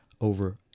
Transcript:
over